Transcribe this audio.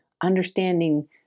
understanding